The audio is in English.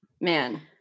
man